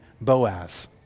Boaz